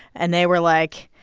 and they were like,